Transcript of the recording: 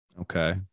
Okay